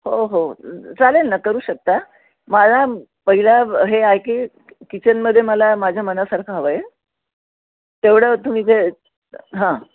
हो हो चालेल ना करू शकता मला पहिल्या हे आहे की किचनमध्ये मला माझ्या मनासारखं हवं आहे तेवढं तुम्ही जे हां